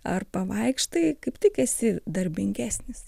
ar pavaikštai kaip tik esi darbingesnis